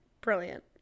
brilliant